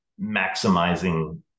maximizing